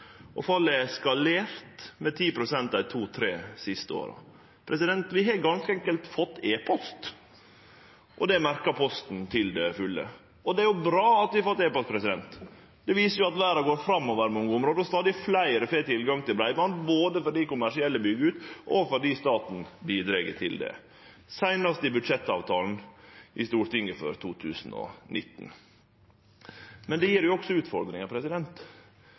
og fallet har eskalert med 10 pst. dei to–tre siste åra. Vi har ganske enkelt fått e-post, og det merkar Posten til fulle. Det er bra at vi har fått e-post, det viser at verda går framover på mange område, og at stadig fleire får tilgang til breiband, både fordi kommersielle byggjer ut, og fordi staten bidreg til det, seinast i budsjettavtala i Stortinget for 2019. Men det gjev òg utfordringar,